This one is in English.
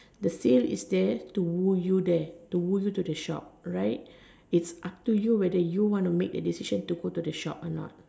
the sale is there to woo you there to woo you to the shop right it's up to you whether you want to make the decision to go to the shop or not